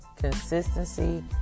Consistency